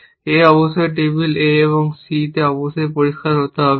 A অবশ্যই টেবিলে A এবং C অবশ্যই পরিষ্কার হতে হবে